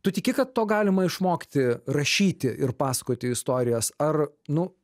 tu tiki kad to galima išmokti rašyti ir pasakoti istorijas ar nu